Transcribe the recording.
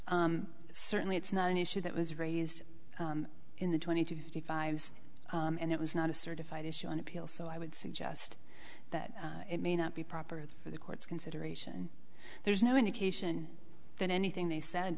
certainly it's not an issue that was raised in the twenty to thirty five's and it was not a certified issue on appeal so i would suggest that it may not be proper for the court's consideration there's no indication that anything they said